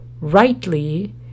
rightly